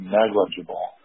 negligible